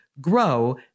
Grow